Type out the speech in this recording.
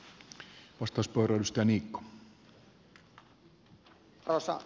arvoisa puhemies